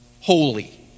Holy